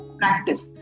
practice